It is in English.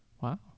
Wow